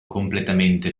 completamente